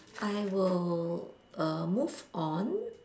I will err move on